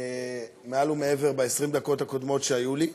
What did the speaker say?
מעל ומעבר ב-20 הדקות הקודמות שהיו לי.